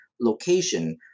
location